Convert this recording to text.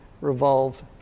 revolved